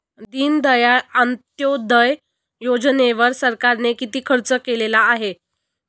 दीनदयाळ अंत्योदय योजनेवर सरकारने किती खर्च केलेला आहे?